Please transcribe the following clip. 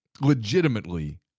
legitimately